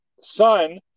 son